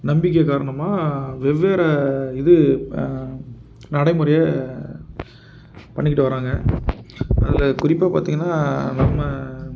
நம்பிக்கை காரணமாக வெவ்வேறு இது நடைமுறையை பண்ணிக்கிட்டு வராங்க அதில் குறிப்பாக பார்த்தீங்கன்னா நம்ம